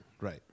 Right